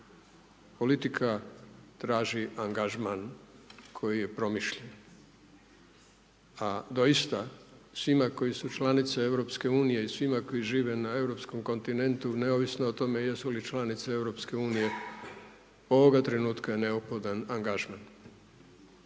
Politika traži angažman koji je promišljen. A doista svima koji su članice EU i svima koji žive na europskom kontinentu, neovisno o tome jesu li članice EU, ovoga trenutka je neophodan angažman.